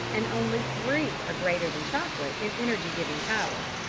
and only three are greater than chocolate in energy-giving power.